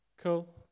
Cool